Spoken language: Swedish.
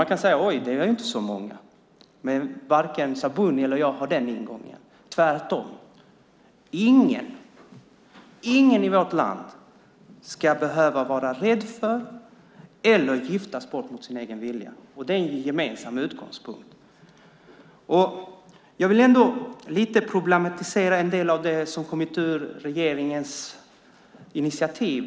Man kan tycka att det inte är så många, men varken Sabuni eller jag har den ingången. Tvärtom - ingen i vårt land ska behöva vara rädd för att giftas bort mot egen vilja. Det är en gemensam utgångspunkt. Jag vill lite problematisera en del av regeringens initiativ.